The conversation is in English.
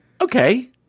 Okay